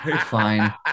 Fine